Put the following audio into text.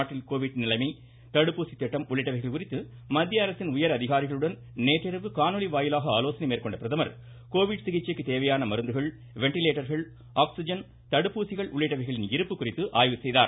நாட்டில் கோவிட் நிலைமை தடுப்பூசி திட்டம் உள்ளிட்டவைகள் குறித்து மத்திய அரசின் உயர் அதிகாரிகளுடன் நேற்றிரவு காணொலி வாயிலாக ஆலோசனை மேற்கொண்ட பிரதமர் கோவிட் சிகிச்சைக்கு தேவையான மருந்துகள் வென்டிலேட்டர்கள் ஆகிஸிஜன் தடுப்பூசிகள் உள்ளிட்டவைகளின் இருப்பு குறித்து ஆய்வு செய்தார்